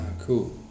Cool